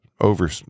over